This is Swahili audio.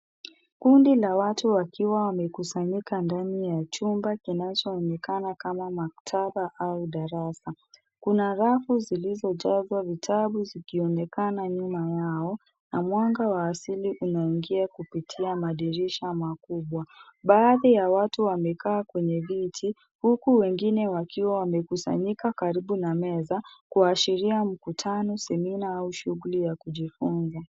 Kundi la watu wakiwa wamekusanyika ndani ya chumba kinachoonekana kama maktaba au darasa, kuna rafu zilizojengwa, vitabu zikionekana nyuma yao, na mwanga wa asili unaingia kupitia madirisha makubwa. Baadhi ya watu wamekaa kwenye viti, huku wengine wakiwa wamekusanyika karibu na meza kuashiria mkutano, semina au shughuli ya kujifunza.